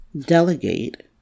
delegate